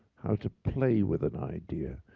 how to play with an idea.